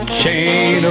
chain